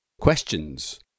Questions